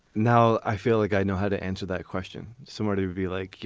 now i feel like i know how to answer that question somebody would be like, yeah